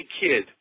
kid